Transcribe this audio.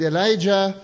Elijah